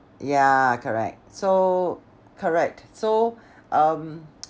ya correct so correct so um